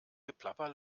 geplapper